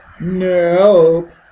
Nope